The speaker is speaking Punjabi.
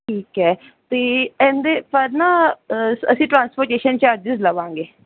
ਠੀਕ ਹੈ ਤੇ ਐਨ ਦੇ ਪਰ ਨਾ ਅਸੀਂ ਟਰਾਂਸਫਰਕੇਸ਼ਨ ਚਾਰਜਸ ਲਵਾਂਗੇ